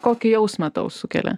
kokį jausmą tau sukelia